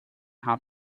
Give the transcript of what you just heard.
how